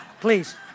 Please